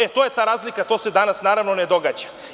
E, to je ta razlika, to se danas naravno ne događa.